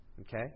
Okay